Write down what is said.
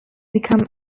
become